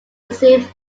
received